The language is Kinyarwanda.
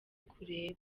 kureba